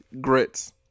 grits